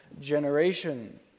generation